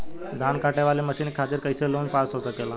धान कांटेवाली मशीन के खातीर कैसे लोन पास हो सकेला?